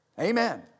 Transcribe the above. Amen